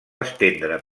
estendre